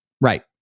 Right